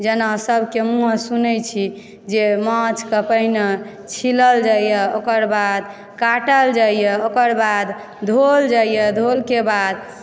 जेना सभके मुँहे सुनैत छी जे माछकऽ पहिने छिलल जाइए ओकर बाद काटल जाइए ओकर बाद धोअल जाइए धोअलके बाद